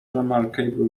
remarkable